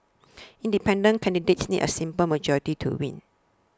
independent candidates need a simple majority to win